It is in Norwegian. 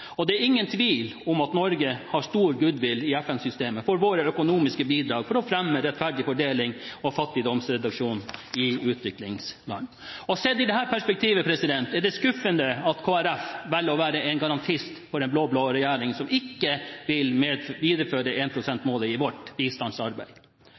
Det er ingen tvil om at Norge har goodwill i FN-systemet for våre økonomiske bidrag for å fremme rettferdig fordeling og fattigdomsreduksjon i utviklingsland. Og sett i dette perspektivet er det skuffende at Kristelig Folkeparti velger å være en garantist for en blå-blå regjering, som ikke vil videreføre